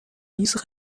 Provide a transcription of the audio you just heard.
میز